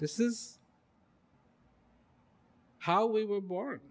this is how we were born